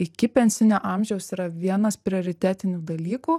iki pensinio amžiaus yra vienas prioritetinių dalykų